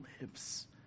lives